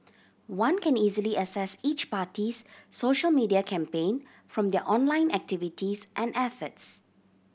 one can easily assess each party's social media campaign from their online activities and efforts